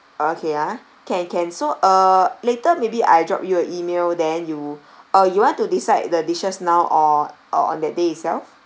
okay ah can can so uh later maybe I drop you a email then you or you want to decide the dishes now or or on that day itself